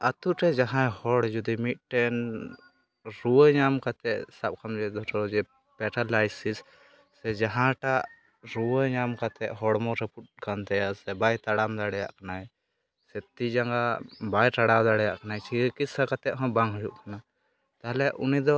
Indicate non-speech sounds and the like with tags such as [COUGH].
ᱟᱛᱳᱨᱮ ᱡᱟᱦᱟᱸᱭ ᱦᱚᱲ ᱡᱚᱫᱤ ᱢᱤᱫᱴᱮᱱ ᱨᱩᱣᱟᱹ ᱧᱟᱢ ᱠᱟᱛᱮᱫ ᱥᱟᱵᱠᱟᱢ ᱡᱮ ᱫᱷᱚᱨᱚ ᱡᱮ ᱯᱮᱨᱟᱞᱟᱭᱥᱤᱥ ᱥᱮ ᱡᱟᱦᱟᱸᱴᱟᱜ ᱨᱩᱣᱟᱹ ᱧᱟᱢ ᱠᱟᱛᱮᱫ ᱦᱚᱲᱢᱚ ᱨᱟᱹᱯᱩᱫ ᱟᱠᱟᱱᱛᱟᱭᱟ ᱥᱮ ᱵᱟᱭ ᱛᱟᱲᱟᱢ ᱫᱟᱲᱮᱭᱟᱜ ᱠᱟᱱᱟᱭ ᱥᱮ ᱛᱤᱼᱡᱟᱜᱟᱸ ᱵᱟᱭ ᱨᱟᱲᱟᱣ ᱫᱟᱲᱮᱭᱟᱜ ᱠᱟᱱᱟᱭ [UNINTELLIGIBLE] ᱠᱟᱛᱮᱫᱦᱚᱸ ᱵᱟᱝ ᱦᱩᱭᱩᱜ ᱠᱟᱱᱟ ᱛᱟᱦᱚᱞᱮ ᱩᱱᱤᱫᱚ